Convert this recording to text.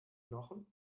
knochen